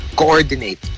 coordinate